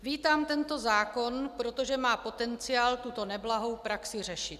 Vítám tento zákon, protože má potenciál tuto neblahou praxi řešit.